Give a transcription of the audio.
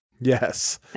Yes